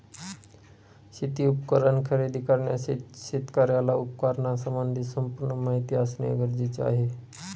शेती उपकरण खरेदी करण्यासाठी शेतकऱ्याला उपकरणासंबंधी संपूर्ण माहिती असणे गरजेचे आहे